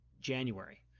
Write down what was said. January